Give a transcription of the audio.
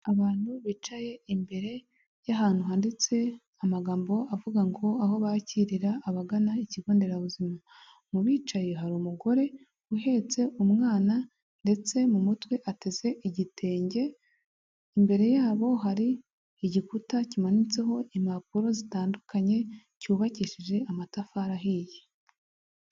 Abantu bicaye imbere y'ahantu handitse amagambo avuga ngo; aho bakirira abagana ikigo nderabuzima; mu bicaye hari umugore uhetse umwana, ndetse mu mutwe ateze igitenge; imbere yabo hari igikuta kimanitseho impapuro zitandukanye, cyubakishije amatafari ahiye.